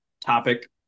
topic